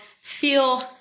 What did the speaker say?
Feel